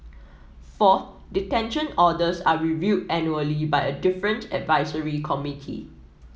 fourth detention orders are reviewed annually by a different advisory committee